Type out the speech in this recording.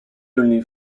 only